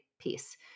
piece